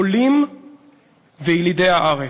עולים וילידי הארץ.